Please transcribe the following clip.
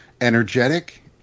energetic